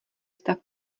stav